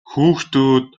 хүүхдүүд